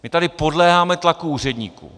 My tady podléháme tlaku úředníků.